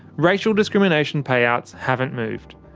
racial discrimination payouts haven't moved.